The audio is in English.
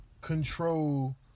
control